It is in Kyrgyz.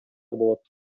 болот